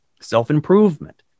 self-improvement